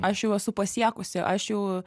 aš jau esu pasiekusi aš jau